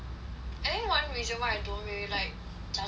I think one reason why I don't really like jjajangmyeon